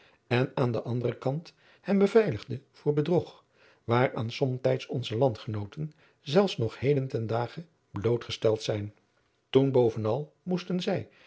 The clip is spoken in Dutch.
en aan den anderen kant hem beveiligde voor bedrog waaraan somtijds onze landgenooten zelfs nog heden ten dage blootgesteld zijn toen bovenal moesten zij